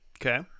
okay